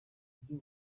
byo